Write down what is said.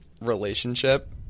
relationship